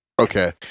Okay